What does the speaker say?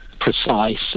precise